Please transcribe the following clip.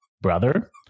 brother